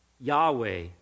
Yahweh